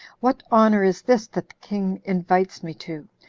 what honor is this the king invites me to,